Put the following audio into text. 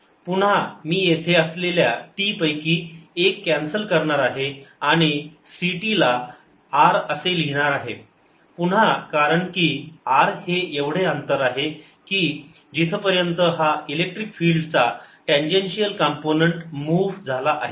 पुन्हा मी येथे असलेल्या t पैकी एक कॅन्सल करणार आहे आणि ct ला r असे लिहिणार आहे पुन्हा कारण की r हे एवढे अंतर आहे की जिथपर्यंत हा इलेक्ट्रिक फिल्ड चा टँजेन्शिअल कंपोनंन्ट मूव्ह झाला आहे